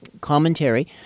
commentary